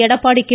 Edappadi K